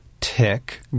tick